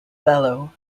bellow